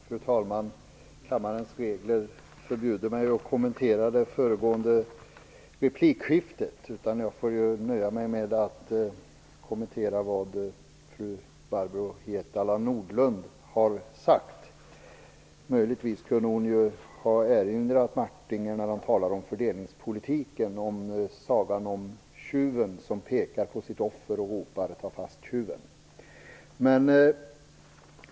Fru talman! Kammarens regler förbjuder mig att kommentera det föregående replikskiftet. Jag får nöja mig med att kommentera vad fru Barbro Hietala Nordlund har sagt. När hon och Jerry Martinger talade om fördelningspolitiken kunde hon möjligen ha erinrat Jerry Martinger om sagan om tjuven som pekar på sitt offer och ropar: ta fast tjuven.